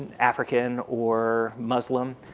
african or muslim,